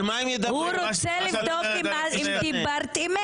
הוא רוצה לבדוק אם דיברת אמת.